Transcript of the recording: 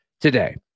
today